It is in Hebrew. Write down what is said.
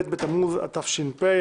ב' בתמוז התש"ף,